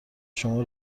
شما